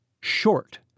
short